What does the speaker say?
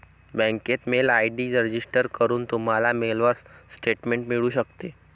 बँकेत mail ID register करून, तुम्हाला मेलवर स्टेटमेंट मिळू शकते